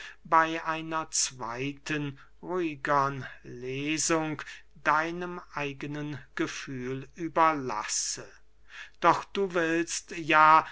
bey einer zweyten ruhigern lesung deinem eigenen gefühl überlasse doch du willst ja